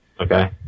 Okay